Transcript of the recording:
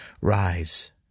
Rise